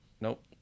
Nope